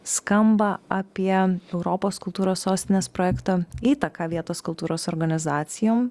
skamba apie europos kultūros sostinės projekto įtaką vietos kultūros organizacijom